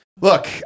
Look